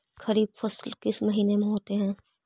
खरिफ फसल किस महीने में होते हैं?